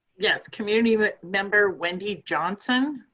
yes, community but member wendi johnson.